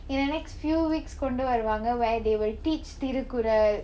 in the next few weeks கொண்டு வருவாங்க:kondu varuvaanga where they will teach thirukkural